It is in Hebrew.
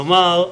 כלומר,